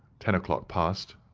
ten o'clock passed,